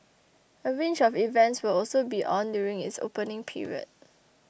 a range of events will also be on during its opening period